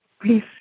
please